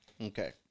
Okay